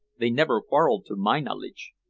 they never quarreled, to my knowledge.